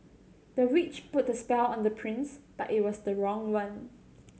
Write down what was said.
the witch put a spell on the prince but it was the wrong one